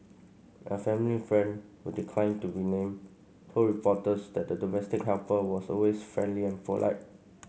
a family friend who declined to be named told reporters that the domestic helper was always friendly and polite